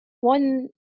one